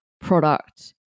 product